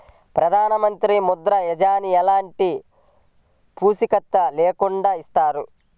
ప్రధానమంత్రి ముద్ర యోజన ఎలాంటి పూసికత్తు లేకుండా ఇస్తారా?